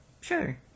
sure